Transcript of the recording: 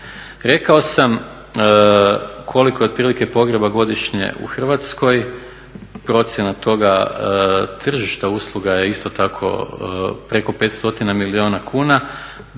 Rekao sam koliko je otprilike pogreba godišnje u Hrvatskoj, procjena toga tržišta usluga je isto tako preko 500 milijuna kuna.